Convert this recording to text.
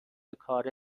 کار